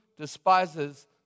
despises